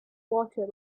water